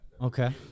Okay